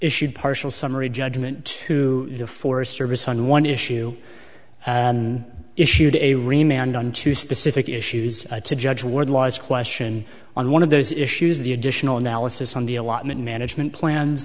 issued partial summary judgment to the forest service on one issue issued a remained on to specific issues to judge wardlaw as question on one of those issues the additional analysis on the allotment management plan